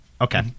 okay